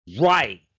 Right